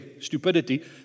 stupidity